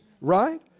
right